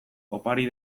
opari